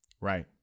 Right